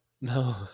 No